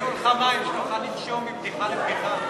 הביאו לך מים כדי שתוכל לנשום מבדיחה לבדיחה.